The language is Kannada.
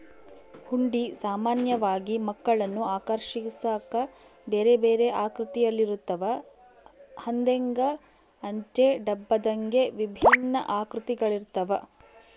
ಹುಂಡಿ ಸಾಮಾನ್ಯವಾಗಿ ಮಕ್ಕಳನ್ನು ಆಕರ್ಷಿಸಾಕ ಬೇರೆಬೇರೆ ಆಕೃತಿಯಲ್ಲಿರುತ್ತವ, ಹಂದೆಂಗ, ಅಂಚೆ ಡಬ್ಬದಂಗೆ ವಿಭಿನ್ನ ಆಕೃತಿಗಳಿರ್ತವ